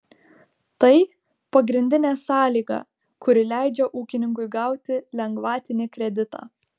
tai pagrindinė sąlyga kuri leidžia ūkininkui gauti lengvatinį kreditą